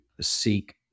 seek